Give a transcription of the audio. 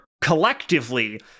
collectively